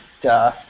Duh